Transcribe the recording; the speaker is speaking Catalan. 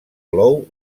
clou